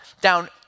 down